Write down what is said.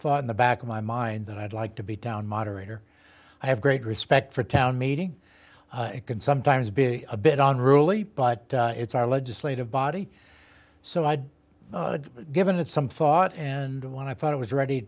thought in the back of my mind that i'd like to be down moderator i have great respect for town meeting it can sometimes be a bit on really but it's our legislative body so i'd given it some thought and when i thought it was ready